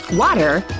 water,